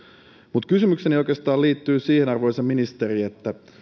mutta kysymykseni oikeastaan liittyy siihen arvoisa ministeri että vaikka